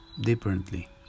differently